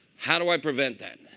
how do i prevent that?